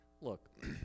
look